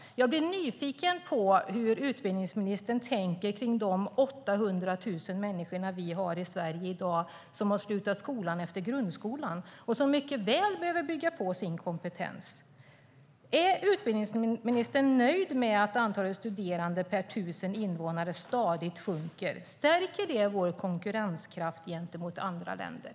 Jag blir nyfiken på hur utbildningsministern tänker om de 800 000 människor som vi har i Sverige i dag som har slutat skolan efter grundskolan och som mycket väl behöver bygga på sin kompetens. Är utbildningsministern nöjd med att antalet studerande per tusen invånare stadigt minskar? Stärker det vår konkurrenskraft gentemot andra länder?